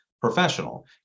professional